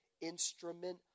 instrument